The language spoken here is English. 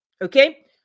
Okay